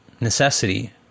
necessity